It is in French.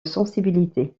sensibilité